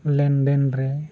ᱞᱮᱱᱫᱮᱱ ᱨᱮ